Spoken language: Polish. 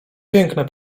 piękne